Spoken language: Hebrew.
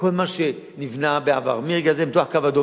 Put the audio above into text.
כל מה שנבנה בעבר, מרגע זה למתוח קו אדום.